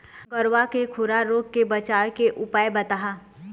गरवा के खुरा रोग के बचाए के उपाय बताहा?